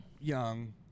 young